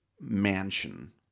mansion